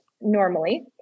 normally